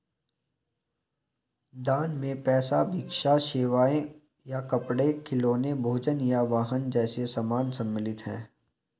दान में पैसा भिक्षा सेवाएं या कपड़े खिलौने भोजन या वाहन जैसे सामान शामिल हैं